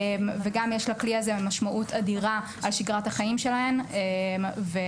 לכלי הזה יש משמעות אדירה על שגרת החיים שלהן והצורך